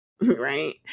right